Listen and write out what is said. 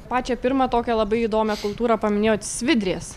pačią pirmą tokią labai įdomią kultūrą paminėjot svidrės